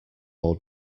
all